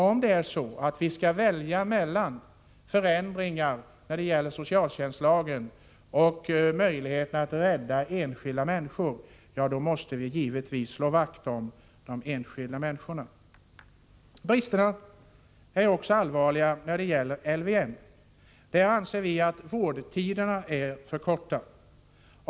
Om vi skall välja mellan förändringar i socialtjänstlagen och möjligheterna att rädda enskilda människor måste vi självfallet slå vakt om de enskilda människorna. Bristerna är allvarliga också i LVM. Vårdtiderna är för korta.